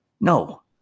no